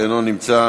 לא נמצא,